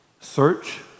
search